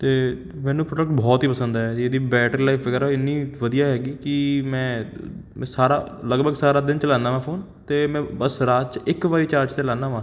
ਅਤੇ ਮੈਨੂੰ ਪ੍ਰੋਡਕਟ ਬਹੁਤ ਹੀ ਪਸੰਦ ਆਇਆ ਜੀ ਇਹਦੀ ਬੈਟਰੀ ਲਾਈਫ ਵਗੈਰਾ ਇੰਨੀ ਵਧੀਆ ਹੈਗੀ ਕਿ ਮੈਂ ਸਾਰਾ ਲਗਭਗ ਸਾਰਾ ਦਿਨ ਚਲਾਉਂਦਾ ਵਾਂ ਫੋਨ 'ਤੇ ਮੈਂ ਬਸ ਰਾਤ 'ਚ ਇੱਕ ਵਾਰੀ ਚਾਰਜ 'ਤੇ ਲਾਉਂਦਾ ਹਾਂ